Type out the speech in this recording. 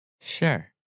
sure